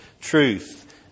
truth